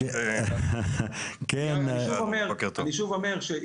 אני שוב אומר,